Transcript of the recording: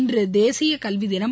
இன்று தேசிய கல்வி தினம்